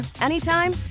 anytime